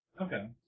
Okay